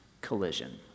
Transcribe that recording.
collision